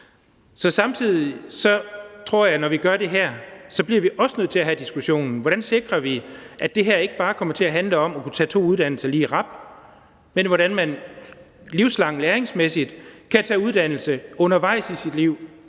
Så samtidig tror jeg, at når vi gør det her, bliver vi også nødt til at have diskussionen om, hvordan vi sikrer, at det her ikke bare kommer til at handle om at kunne tage to uddannelser lige i rap, men om, hvordan man livslang lærings-mæssigt kan tage uddannelse undervejs i sit liv,